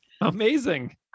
Amazing